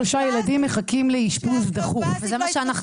זה היה אחד מבסיסי המידע שהבאנו לוועדה הזאת בזמנו במצגת שהוצגה,